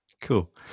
Cool